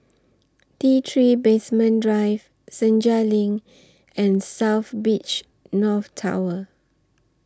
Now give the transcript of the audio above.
T three Basement Drive Senja LINK and South Beach North Tower